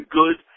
good